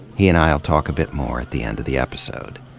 he and i will talk a bit more at the end of the episode.